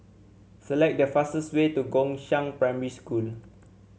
select the fastest way to Gongshang Primary School